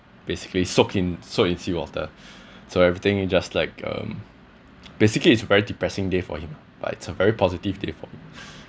basically soak in soak in seawater so everything it just like um basically it's very depressing day for him but it's a very positive day for